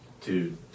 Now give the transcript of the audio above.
Dude